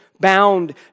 bound